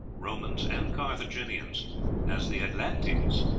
romans, and carthaginians as the atlantes,